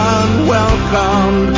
unwelcome